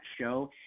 show